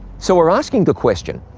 so we're asking the question,